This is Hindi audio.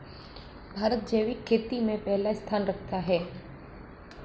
भारत जैविक खेती में पहला स्थान रखता है